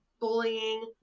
bullying